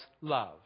love